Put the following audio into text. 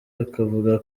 akavuga